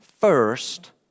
First